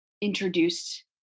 introduced